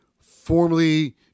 formerly